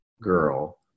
girl